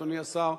אדוני השר,